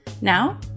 Now